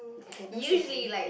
or can I say again